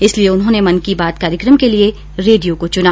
इसलिए उन्होंने मन की बात कार्यक्रम के लिए रेडियो को चुना